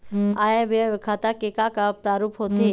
आय व्यय खाता के का का प्रारूप होथे?